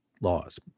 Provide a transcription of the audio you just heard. laws